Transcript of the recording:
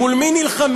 מול מי נלחמים,